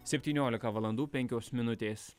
septyniolika valandų penkios minutės